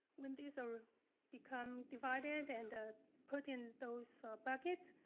when these are become divided and ah put in those buckets,